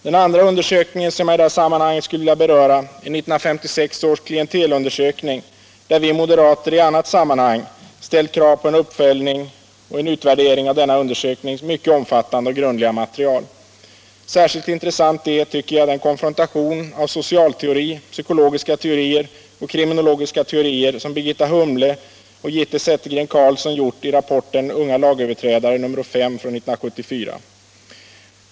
Den andra undersökningen som jag i detta sammanhang skulle vilja beröra är 1956 års klientelundersökning, där vi moderater i annat sammanhang ställt krav på en uppföljning och utvärdering av denna un dersöknings mycket omfattande och grundliga material. Särskilt intressant är, tycker jag, den konfrontation av socialteori, psykologiska teorier och kriminologiska teorier som Birgitta Humble och Gitte Settergren Carlsson gjort i rapporten Unga lagöverträdare, nr 5 från 1974.